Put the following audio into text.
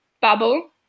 bubble